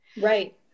Right